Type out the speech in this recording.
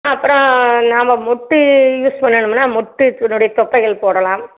அப்புறம் நாம் முட்டை யூஸ் பண்ணுனோமுன்னா முட்டை அதனுடைய சொத்தைகள் போடலாம்